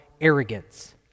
arrogance